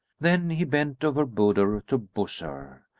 then he bent over budur to buss her,